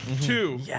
Two